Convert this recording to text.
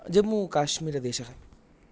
जम्मूकाश्मीरदेशः